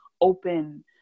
open